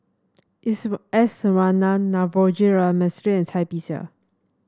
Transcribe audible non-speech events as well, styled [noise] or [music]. [unintelligible] S Iswaran Navroji R Mistri and Cai Bixia